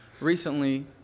recently